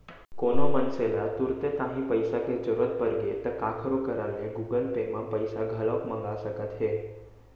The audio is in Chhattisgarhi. कोनो मनसे ल तुरते तांही पइसा के जरूरत परगे ता काखरो करा ले गुगल पे म पइसा घलौक मंगा सकत हे